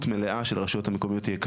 מלאה של הרשויות המקומיות יהיה קשה,